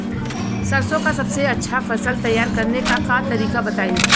सरसों का सबसे अच्छा फसल तैयार करने का तरीका बताई